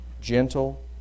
gentle